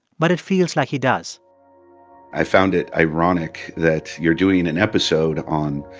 but it feels like he does i found it ironic that you're doing an episode on